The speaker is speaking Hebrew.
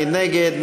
מי נגד?